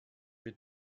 mit